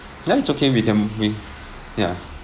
ya it's okay we can we ya